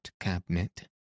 cabinet